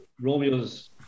Romeo's